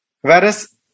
Whereas